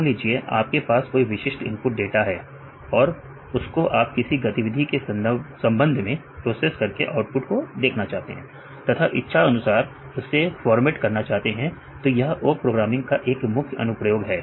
मान लीजिए आपके पास कोई विशिष्ट इनपुट डाटा है और उसको आप किसी गतिविधि के संबंध में प्रोसेस करके आउटपुट को देखना चाहते हैं तथा इच्छा अनुसार उसे फॉर्मेट करना चाहते हैं तो यह ओक प्रोग्रामिंग का एक मुख्य अनुप्रयोग है